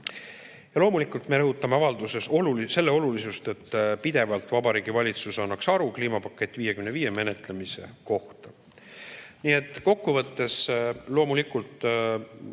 Loomulikult me rõhutame avalduses selle olulisust, et pidevalt Vabariigi Valitsus annaks aru kliimapakett 55 menetlemise kohta. Nii et kokkuvõttes, loomulikult